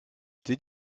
did